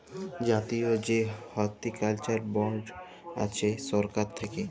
জাতীয় যে horticulture board আছে সরকার থাক্যে